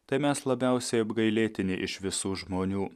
tai mes labiausiai apgailėtini iš visų žmonių